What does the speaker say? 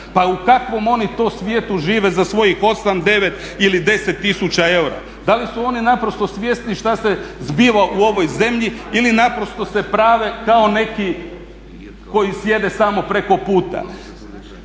Pa u kakvom oni to svijetu žive za svojih 8, 9 ili 10 tisuća eura? Da li su oni naprosto svjesni što se zbiva u ovoj zemlji ili naprosto se prave kao neki koji sjede samo preko puta